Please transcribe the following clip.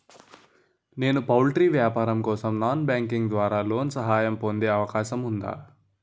నేను పౌల్ట్రీ వ్యాపారం కోసం నాన్ బ్యాంకింగ్ ద్వారా లోన్ సహాయం పొందే అవకాశం ఉందా?